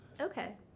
Okay